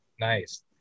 Nice